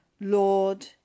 Lord